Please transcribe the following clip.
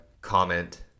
comment